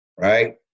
right